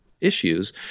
issues